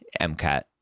MCAT